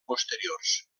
posteriors